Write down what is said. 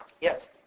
Yes